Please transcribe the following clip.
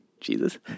Jesus